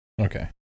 Okay